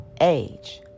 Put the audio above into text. age